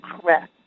correct